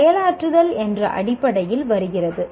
இது செயலாற்றுதல் என்ற அடிப்படையில் வருகிறது